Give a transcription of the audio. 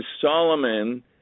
Solomon